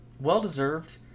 Well-deserved